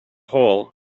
hole